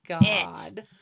God